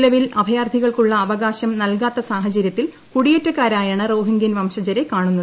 നിലവിൽ അഭയാർത്ഥികൾക്കുള്ള ്അവകാശം നൽകാത്ത സാഹചര്യത്തിൽ കുടിയേറ്റക്കാരായാണ് റോഹിംഗ്യൻ വംശജരെ കാണുന്നത്